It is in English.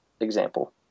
example